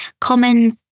common